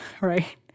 right